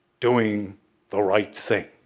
doing the right thing,